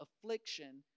affliction